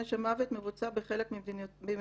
ועונש המוות מבוצע בחלק ממדינותיה.